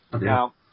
now